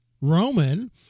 Roman